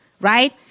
right